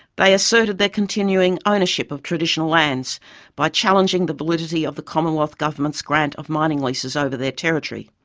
they asserted their continuing ownership of traditional lands by challenging the validity of the commonwealth government's grant of mining leases over their territory.